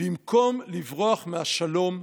"במקום לברוח מהשלום,